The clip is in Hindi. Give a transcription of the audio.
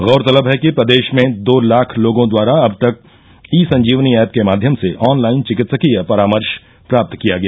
गैरतलब है कि प्रदेश में दो लाख लोगों द्वारा अब तक ई संजीवनी एप के माध्यम से ऑनलाइन चिकित्सकीय परामर्श प्राप्त किया गया